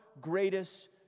greatest